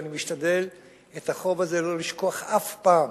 ואני משתדל את החוב הזה לא לשכוח אף פעם.